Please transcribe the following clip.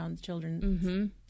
children